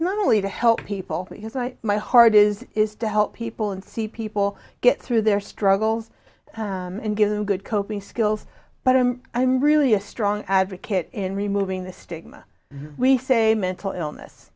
not only to help people because i my heart is is to help people and see people get through their struggles and give them good coping skills but i'm i'm really a strong advocate in removing the stigma we say mental illness